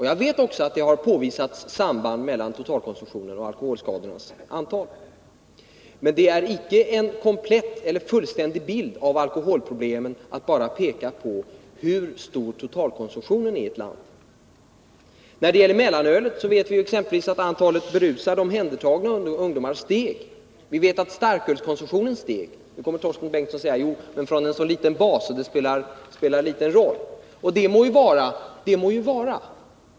Jag vet också att det har påvisats ett samband mellan totalkonsumtionen och alkoholskadornas antal. Men det ger icke en fullständig bild av alkoholproblemen om man bara pekar på hur stor totalkonsumtionen är i ett land. Vi vet exempelvis att när mellanölet förbjöds så steg antalet omhändertagna berusade ungdomar. Vi vet att starkölskonsumtionen steg. Till detta kommer Torsten Bengtson att säga, att det var från en så liten bas och att det spelar liten roll. Och det må ju vara.